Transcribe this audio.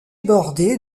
bordée